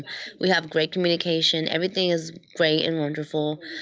we have great communication. everything is great and wonderful,